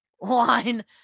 line